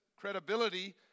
credibility